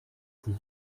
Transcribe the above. dix